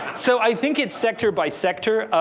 so i think it's sector by sector.